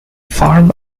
farm